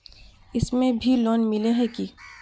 इसमें भी लोन मिला है की